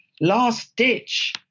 last-ditch